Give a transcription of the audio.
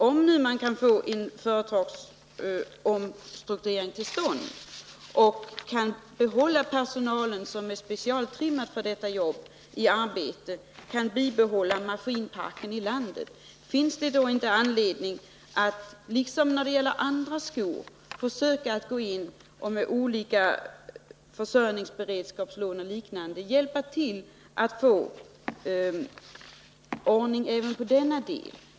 Om en omstrukturering av företaget skulle kunna komma till stånd så att man kan behålla personalen, som är specialtrimmad för detta arbete, och så att man också kan bibehålla maskinparken inom landet, finns det då inte anledning för regeringen att liksom när det gäller annan skotillverkning försöka att med olika försörjningsberedskapslån och liknande hjälpa till att få ordning även på den här tillverkningen?